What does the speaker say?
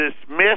dismiss